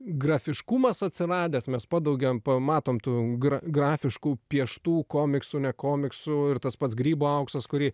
grafiškumas atsiradęs mes padaugiam pamatom tų gra grafiškų pieštų komiksų ne komiksų ir tas pats grybo auksas kurį